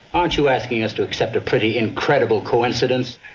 aren't you asking us to accept a pretty incredible coincidence?